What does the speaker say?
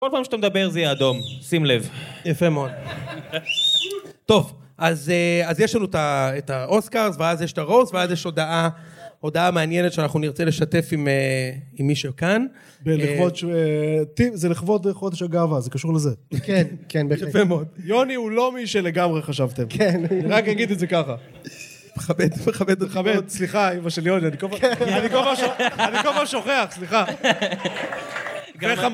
כל פעם שאתה מדבר זה יהיה אדום, שים לב. יפה מאוד. טוב, אז יש לנו את האוסקרס, ואז יש את הרוס, ואז יש הודעה מעניינת שאנחנו נרצה לשתף עם מישהו כאן. זה לכבוד חודש הגאווה, זה קשור לזה. כן, כן, בהחלט. יוני הוא לא מישהי לגמרי חשבתם. כן. רק אגיד את זה ככה. מכבד, מכבד, מכבד. סליחה, אמא שלי יוני, אני כל פעם שוכח, סליחה.